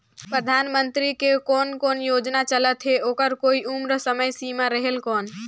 परधानमंतरी के कोन कोन योजना चलत हे ओकर कोई उम्र समय सीमा रेहेल कौन?